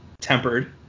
tempered